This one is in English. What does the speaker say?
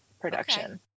production